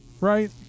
right